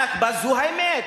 הנכבה זו האמת.